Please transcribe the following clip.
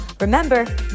Remember